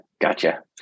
gotcha